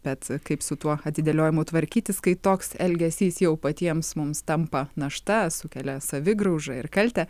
bet kaip su tuo atidėliojimu tvarkytis kai toks elgesys jau patiems mums tampa našta sukelia savigraužą ir kaltę